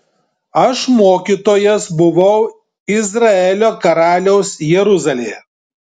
aš mokytojas buvau izraelio karalius jeruzalėje